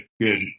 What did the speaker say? Good